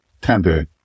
tender